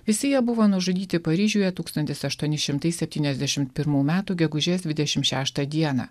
visi jie buvo nužudyti paryžiuje tūkstantis aštuoni šimtai septyniasdešim pirmų metų gegužės dvidešim šeštą dieną